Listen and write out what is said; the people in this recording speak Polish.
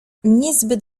niezbyt